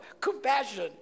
compassion